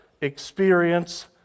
experience